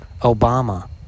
Obama